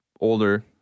older